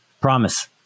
Promise